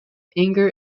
anger